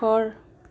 ঘৰ